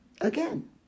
Again